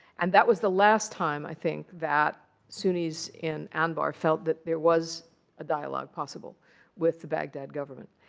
and that was the last time, i think, that sunnis in anbar felt that there was a dialogue possible with the baghdad government.